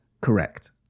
correct